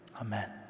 Amen